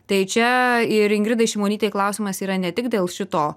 tai čia ir ingridai šimonytei klausimas yra ne tik dėl šito